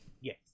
Yes